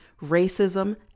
racism